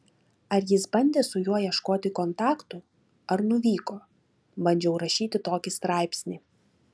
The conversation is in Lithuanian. ar jis bandė su juo ieškoti kontaktų ar nuvyko bandžiau rašyti tokį straipsnį